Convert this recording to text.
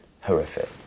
horrific